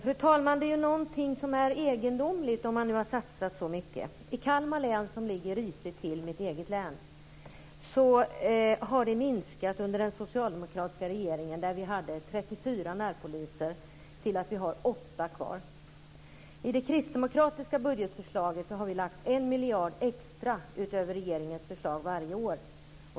Fru talman! Någonting är egendomligt om man nu har satsat så mycket. I Kalmar län, mitt hemlän - som ligger risigt till - har det under den socialdemokratiska regeringen skett en minskning. Från att ha haft 34 närpoliser har vi nu 8 kvar. I det kristdemokratiska budgetförslaget har vi avsatt 1 miljard extra utöver regeringens förslag varje år.